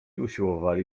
usiłowali